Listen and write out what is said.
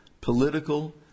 political